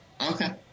Okay